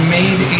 made